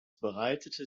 breitete